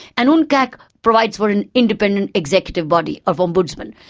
and uncac provides for an independent executive body of ombudsmen.